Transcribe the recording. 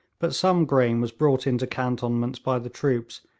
but some grain was brought into cantonments by the troops,